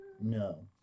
No